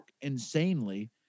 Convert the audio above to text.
insanely